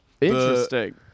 interesting